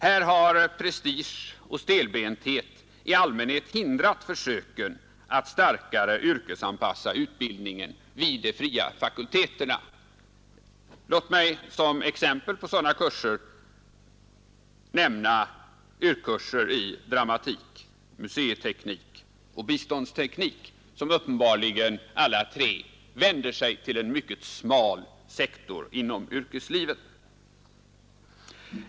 Här har prestige och stelbenthet i allmänhet hindrat försöken att starkare yrkesanpassa utbildningen vid de fria fakulteterna. Låt mig som exempel på sådana kurser nämna YRK-kurser i dramatik, museiteknik och biståndsteknik, som uppenbarligen alla tre vänder sig till en mycket smal sektor inom yrkeslivet.